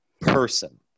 person